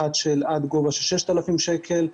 אחת של עד גובה של 6,000 שקל,